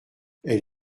elle